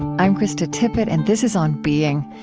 i'm krista tippett, and this is on being.